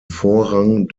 vorrang